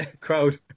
Crowd